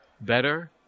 better